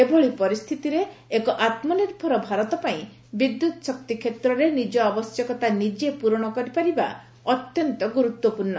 ଏଭଳି ପରିସ୍ଥିତିରେ ଏକ ଆତ୍ମନିର୍ଭର ଭାରତ ପାଇଁ ବିଦ୍ୟୁତ୍ ଶକ୍ତି କ୍ଷେତ୍ରରେ ନିଜ ଆବଶ୍ୟକତା ନିଜେ ପୂରଣ କରିପାରିବା ଅତ୍ୟନ୍ତ ଗୁରୁତ୍ୱପୂର୍ଣ୍ଣ